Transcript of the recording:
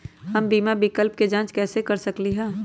हम बीमा विकल्प के जाँच कैसे कर सकली ह?